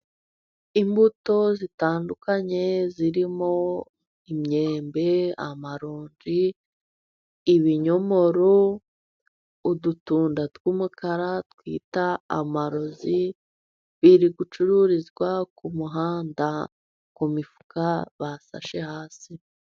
Imbuto zitandukanye zirimo imyembe: amaronji, ibinyomoro, udutunda tw' umukara twita amarozi biri gucururizwa ku muhanda, ku mifuka basashe hasi.